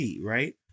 right